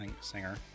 singer